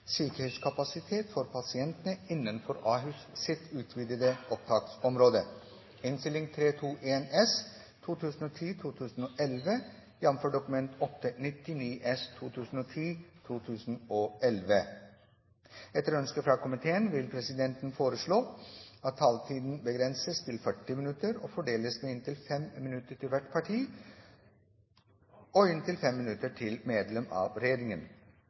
åpne for forsøk med muntlige karakterer i 7. klasse på barnetrinnet. Forslagene vil bli behandlet på reglementsmessig måte. Etter ønske fra kirke-, utdannings- og forskningskomiteen vil presidenten foreslå at taletiden begrenses til 40 minutter og fordeles med inntil 5 minutter til hvert parti og inntil 5 minutter til medlem av regjeringen.